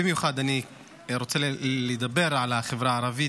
במיוחד אני רוצה לדבר על החברה הערבית.